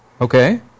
Okay